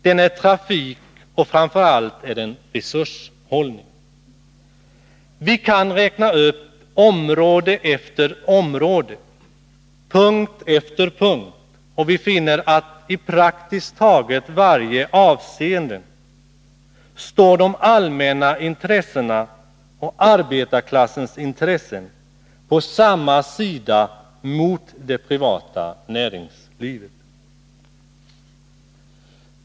Den är trafik, och framför allt är den resurshushållning. Vi kan räkna upp område efter område — punkt efter punkt — och vi finner att i praktiskt taget varje avseende står de allmänna intressena och arbetarklassens intressen på samma sida mot det privata näringslivet.